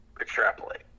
extrapolate